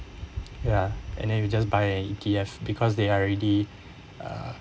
ya and then you just buy an E_T_F because they are already uh